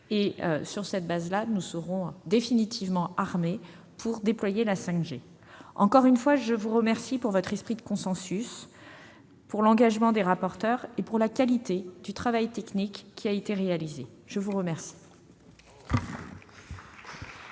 Sur cette base, nous serons définitivement armés pour déployer la 5G. Encore une fois, je vous remercie de votre esprit de consensus, de l'engagement de vos rapporteurs et de la qualité du travail technique réalisé. La parole